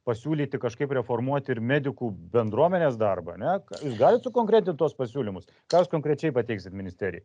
pasiūlyti kažkaip reformuoti ir medikų bendruomenės darbą ane jūs galit sukonkretint tuos pasiūlymus ką jūs konkrečiai pateiksit ministerijai